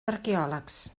arqueòlegs